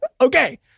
okay